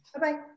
bye-bye